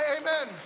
amen